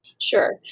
Sure